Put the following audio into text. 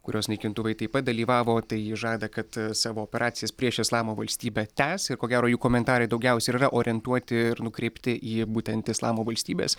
kurios naikintuvai taip pat dalyvavo tai ji žada kad savo operacijas prieš islamo valstybę tęs ir ko gero jų komentarai daugiausia ir yra orientuoti ir nukreipti į būtent islamo valstybės